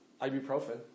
Ibuprofen